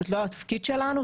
זה לא התפקיד שלנו.